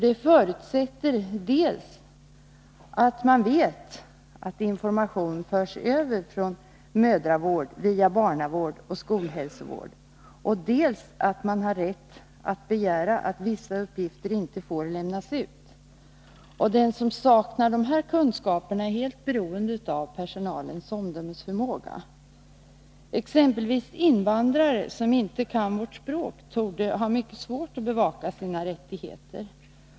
Det förutsätter att man vet dels att information förs över från mödravården via barnavården till skolhälsovården, dels att man har rätt att begära att vissa uppgifter inte får lämnas ut. Den som saknar dessa kunskaper är helt beroende av personalens omdömesförmåga. Exempelvis invandrare som inte kan vårt språk torde ha mycket svårt att bevaka sina rättigheter.